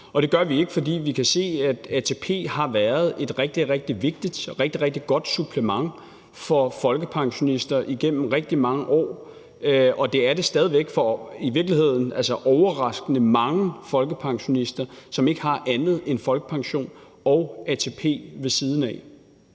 Det gør vi ikke, fordi vi kan se, at ATP har været et rigtig, rigtig vigtigt og rigtig, rigtig godt supplement for folkepensionister igennem rigtig mange år. Og det er det stadig væk for i virkeligheden overraskende mange folkepensionister, som ikke har andet end folkepension og ATP ved siden af.